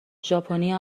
ژاپنیا